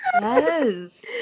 Yes